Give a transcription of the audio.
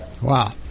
Wow